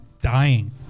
Dying